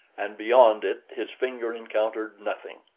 and beyond it his finger encountered nothing.